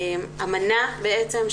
אמנה בעצם,